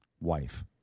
wife